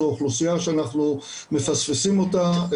זו אוכלוסייה שאנחנו מפספסים אותה,